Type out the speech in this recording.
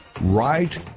Right